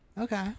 Okay